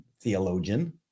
theologian